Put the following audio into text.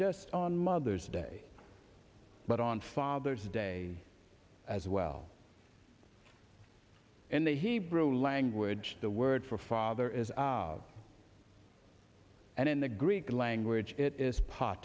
just on mother's day but on father's day as well in the hebrew language the word for father is ob and in the greek language i